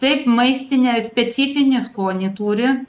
taip maistinė specifinį skonį turi